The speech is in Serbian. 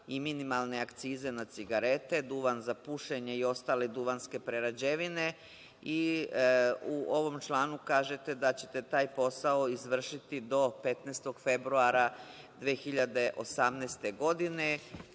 i minimalne akcize na cigarete, duvan za pušenje i ostale duvanske prerađevine.U ovom članu kažete da ćete taj posao izvršiti do 15. februara 2018. godine,